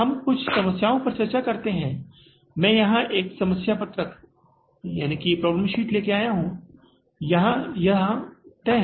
हम कुछ समस्याओं पर चर्चा करते हैं मैं यहां एक समस्या पत्रक लाया हूं यह यहां तय है यह यहां संलग्न है